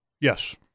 Yes